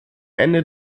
ende